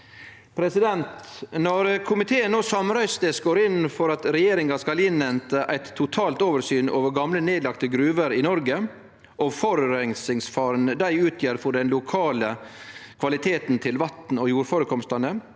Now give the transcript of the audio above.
Når komiteen no samrøystes går inn for at regjeringa skal innhente eit totalt oversyn over gamle, nedlagde gruver i Noreg, forureiningsfaren dei utgjer for den lokale kvaliteten til vatn- og jordførekomstane,